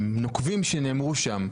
הנוקבים שנאמרו בהם.